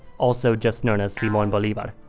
also just known as simon bolivar,